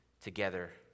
together